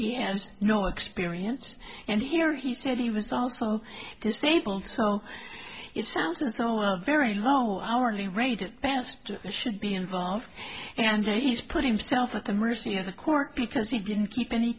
ends no experience and here he said he was also disabled so it sounds as though a very low hourly rate it past should be involved and he's put himself at the mercy of the court because he didn't keep any